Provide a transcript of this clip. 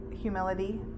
humility